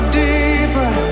deeper